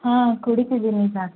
ಹಾಂ ಕುಡಿತಿದ್ದೀನಿ ಸರ್